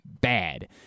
bad